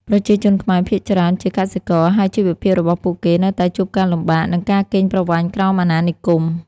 ប្រជាជនខ្មែរភាគច្រើនជាកសិករ ហើយជីវភាពរបស់ពួកគេនៅតែជួបការលំបាក និងការកេងប្រវ័ញ្ចក្រោមអាណានិគម។